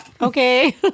okay